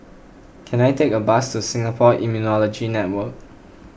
can I take a bus to Singapore Immunology Network